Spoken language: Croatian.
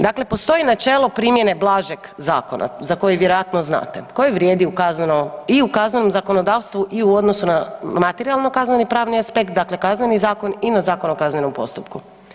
Dakle, postoji načelo primjene blažeg zakona za koji vjerojatno znate koji vrijedi u kaznenom zakonodavstvu i u odnosu na materijalno kazneni pravni aspekt, dakle Kazneni zakon i na Zakon o kaznenom postupku.